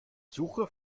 suche